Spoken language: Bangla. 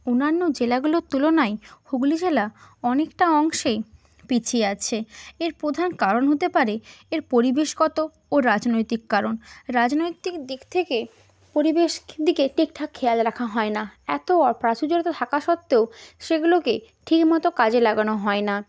অন্যান্য জেলাগুলোর তুলনায় হুগলি জেলা অনেকটা অংশে পিছিয়ে আছে এর প্রধান কারণ হতে পারে এর পরিবেশগত ও রাজনৈতিক কারণ রাজনৈতিক দিক থেকে পরিবেশের দিকে ঠিকঠাক খেয়াল রাখা হয় না এত প্রাচুর্যতা থাকা সত্ত্বেও সেগুলোকে ঠিকমতো কাজে লাগানো হয় না